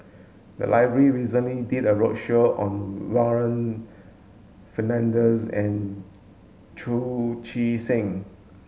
the library recently did a roadshow on Warren Fernandez and Chu Chee Seng